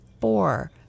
four